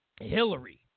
Hillary